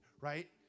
right